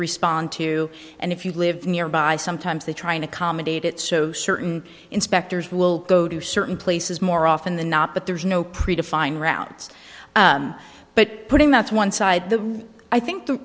respond to and if you live nearby sometimes they trying to accommodate it so certain inspectors will go to certain places more often than not but there's no predefined rounds and but putting that's one side the i think the